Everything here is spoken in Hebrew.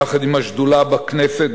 יחד עם השדולה בכנסת,